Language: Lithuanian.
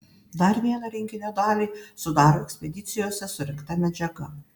dar vieną rinkinio dalį sudaro ekspedicijose surinkta medžiaga